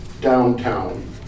downtown